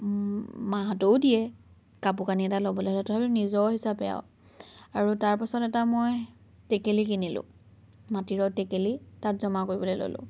মাহঁতেও দিয়ে কাপোৰ কানি এটা লবলৈ হ'লে তথাপিও নিজৰ হিচাপে আৰু আৰু তাৰ পাছত এটা মই টেকেলী কিনিলোঁ মাটিৰৰ টেকেলী তাত জমা কৰিবলৈ ল'লোঁ